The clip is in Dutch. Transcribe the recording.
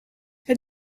het